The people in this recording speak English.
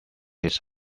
his